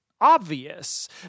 Obvious